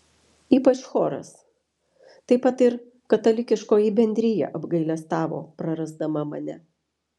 ypač choras taip pat ir katalikiškoji bendrija apgailestavo prarasdama mane